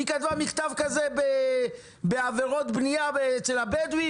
היא כתבה מכתב כזה בעבירות בנייה אצל הבדואים